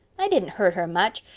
i didn't hurt her much.